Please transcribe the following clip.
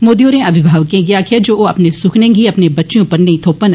मोदी होरें अविभावकें गी आक्खेआ जे ओ अपने सुखनें गी अपने बच्चें उप्पर नेई थोपन